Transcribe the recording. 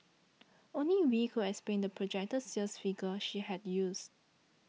only Wee could explain the projected sales figure she had used